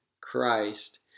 Christ